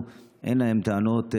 אין להם טענות,